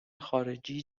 خارجی